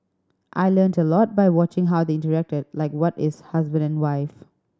I learnt a lot by watching how they interacted like what is husband and wife